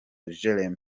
jeremy